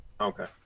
Okay